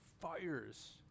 fires